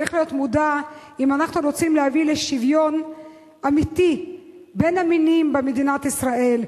אם אנחנו רוצים להביא לשוויון אמיתי בין המינים במדינת ישראל.